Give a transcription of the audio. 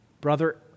brother